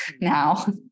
now